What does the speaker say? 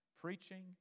preaching